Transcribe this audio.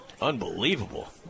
Unbelievable